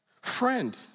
friend